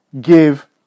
give